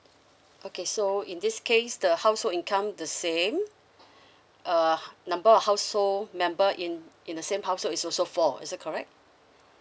okay so in this case the household income the same uh number of household member in in the same household is also four is that correct